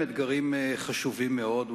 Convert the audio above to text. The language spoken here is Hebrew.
הם אתגרים חשובים מאוד,